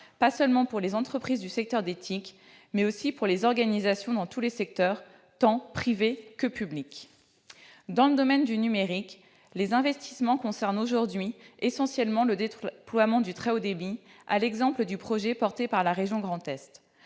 Pas seulement pour les entreprises du secteur des TIC, mais aussi pour les organisations dans tous les secteurs- tant privé que public. » Dans le domaine du numérique, les investissements concernent aujourd'hui essentiellement le déploiement du très haut débit, à l'exemple du projet porté par la région Grand Est.